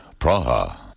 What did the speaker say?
Praha